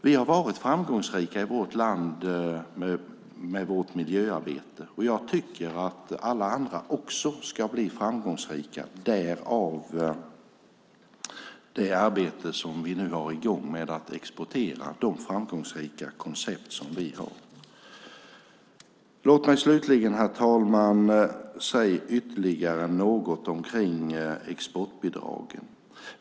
Vi har i vårt land varit framgångsrika med vårt miljöarbete, och jag tycker att alla andra också ska bli framgångsrika - därav det arbete vi nu har i gång med att exportera de framgångsrika koncept som vi har. Herr talman! Låt mig slutligen säga något ytterligare om exportbidragen.